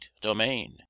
domain